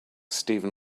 steven